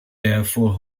therefore